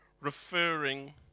referring